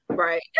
Right